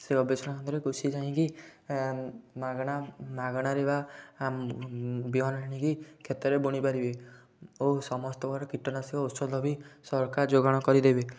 ସେ ଗବେଷଣା କେନ୍ଦ୍ରରେ କୃଷି ଯାଇକି ମାଗଣା ମାଗଣାରେ ବା ବିହନ ଆଣିକି କ୍ଷେତରେ ବୁଣିପାରିବେ ଓ ସମସ୍ତ ପ୍ରକାର କୀଟନାଶକ ଔଷଧ ବି ସରକାର ଯୋଗାଣ କରିଦେବେ